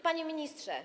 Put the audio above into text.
Panie Ministrze!